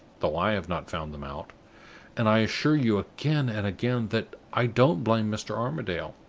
though i have not found them out and i assure you again and again that i don't blame mr. armadale.